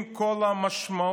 עם כל המשמעות